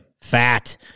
fat